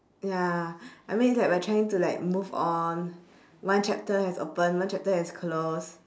ya I mean it's like we are trying to like move on one chapter has open one chapter has close